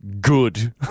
Good